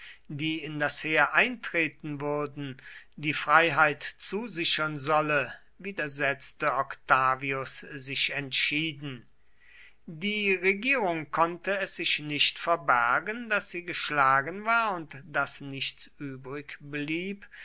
die in das heer eintreten würden die freiheit zusichern solle widersetzte octavius sich entschieden die regierung konnte es sich nicht verbergen daß sie geschlagen war und daß nichts übrig blieb